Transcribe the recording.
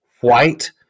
white